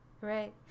right